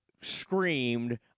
screamed